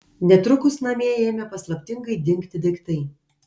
netrukus namie ėmė paslaptingai dingti daiktai